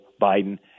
Biden